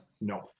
No